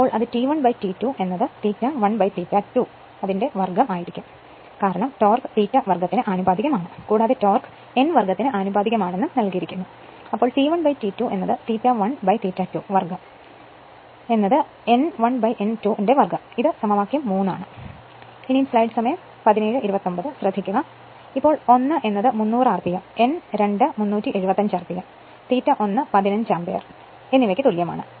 അപ്പോൾ അത് T1 T2 ∅1 ∅2 വർഗ്ഗം ആയിരിക്കും കാരണം ടോർക്ക് ∅ വർഗ്ഗത്തിന് ആനുപാതികമാണ് കൂടാതെ ടോർക്ക് n വർഗ്ഗത്തിന് ആനുപാതികമാണെന്നും നൽകിയിരിക്കുന്നു അതായത് T1 T2 ∅1 ∅2 വർഗ്ഗം n1 n2 വർഗ്ഗം ഇത് സമവാക്യം 3 ആണ് ഇപ്പോൾ 1 എന്നത് 300 rpm n2 375 rpm ∅ 1 15 ആമ്പിയർ എന്നിവയ്ക്ക് തുല്യമാണ്